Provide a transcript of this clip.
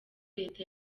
leta